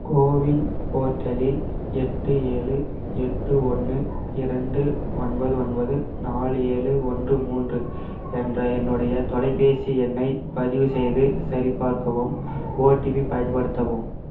CoWIN போர்ட்டலில் எட்டு ஏழு எட்டு ஒன்று இரண்டு ஒன்பது ஒன்பது நாலு ஏழு ஒன்று மூன்று என்ற என்னுடைய தொலைபேசி எண்ணைப் பதிவு செய்து சரிபார்க்கவும் ஓடிபி பயன்படுத்தவும்